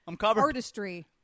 artistry